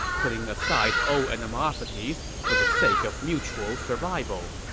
putting aside old animosities for the sake of mutual survival.